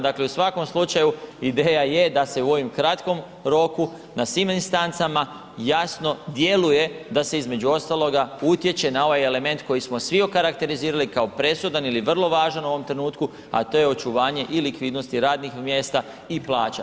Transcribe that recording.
Dakle, u svakom slučaju ideja je da se u ovom kratkom roku na svim instancama jasno djeluje da se između ostaloga utječe na ovaj element koji smo svi okarakterizirali kao presudan ili vrlo važan u ovom trenutku, a to je očuvanje i likvidnost i radnih mjesta i plaća.